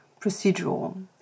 procedural